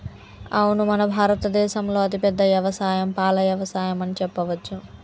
అవును మన భారత దేసంలో అతిపెద్ద యవసాయం పాల యవసాయం అని చెప్పవచ్చు